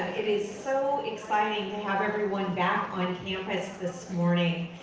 it is so exciting to have everyone back on campus this morning,